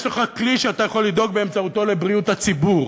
יש לך כלי שאתה יכול לדאוג באמצעותו לבריאות הציבור,